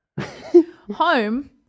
home